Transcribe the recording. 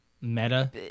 Meta